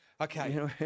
Okay